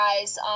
guys